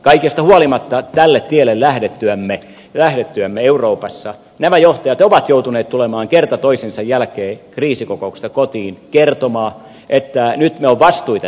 kaikesta huolimatta tälle tielle lähdettyämme euroopassa nämä johtajat ovat joutuneet tulemaan kerta toisensa jälkeen kriisikokouksista kotiin kertomaan että nyt me olemme vastuita lisänneet